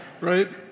right